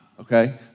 okay